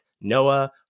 Noah